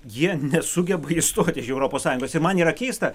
jie nesugeba išstoti iš europos sąjungos ir man yra keista